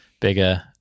bigger